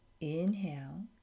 Inhale